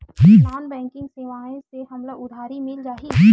Non banking सेवाएं से हमला उधारी मिल जाहि?